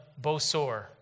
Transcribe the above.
Bosor